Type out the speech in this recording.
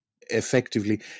effectively